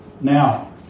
Now